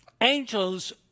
Angels